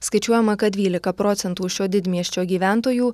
skaičiuojama kad dvylika procentų šio didmiesčio gyventojų